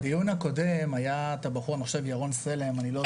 בדיון הקודם היה ירון סלע, אם אני לא טועה.